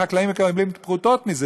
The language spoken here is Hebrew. החקלאים מקבלים פרוטות מזה,